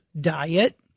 diet